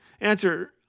Answer